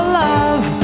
love